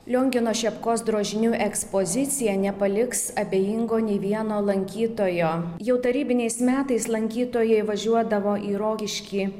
liongino šepkos drožinių ekspozicija nepaliks abejingo nei vieno lankytojo jau tarybiniais metais lankytojai važiuodavo į rokiškį